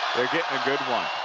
they're getting a good one.